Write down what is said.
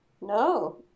No